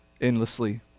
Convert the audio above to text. endlessly